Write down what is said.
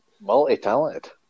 Multi-talented